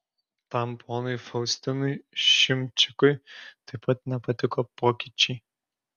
tam ponui faustinui šimčikui taip pat nepatiko pokyčiai